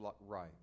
right